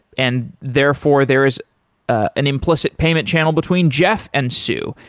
and therefore, there is an implicit payment channel between jeff and sue,